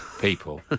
people